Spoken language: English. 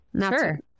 Sure